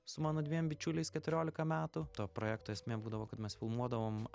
su mano dviem bičiuliais keturiolika metų to projekto esmė būdavo kad mes filmuodavom